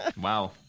Wow